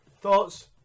thoughts